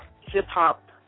hip-hop